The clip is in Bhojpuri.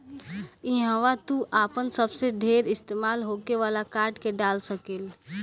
इहवा तू आपन सबसे ढेर इस्तेमाल होखे वाला कार्ड के डाल सकेल